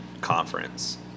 conference